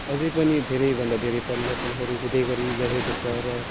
अझ पनि धेरै भन्दा धेरै परिवर्तनहरू हुँदै गइरहेको छ र